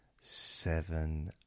seven